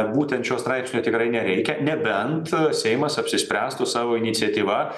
būtent šio straipsnio tikrai nereikia nebent seimas apsispręstų savo iniciatyva